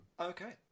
okay